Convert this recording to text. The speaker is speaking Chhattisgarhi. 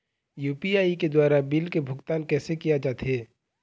यू.पी.आई के द्वारा बिल के भुगतान कैसे किया जाथे?